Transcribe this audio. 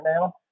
now